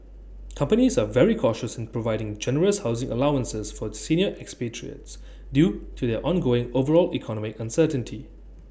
companies are very cautious in providing generous housing allowances for senior expatriates due to the ongoing overall economic uncertainty